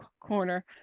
Corner